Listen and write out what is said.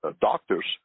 doctors